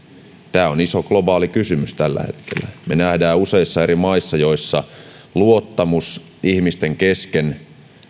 tämä on iso globaali kysymys tällä hetkellä me näemme että useissa eri maissa luottamus ihmisten kesken